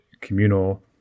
communal